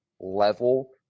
level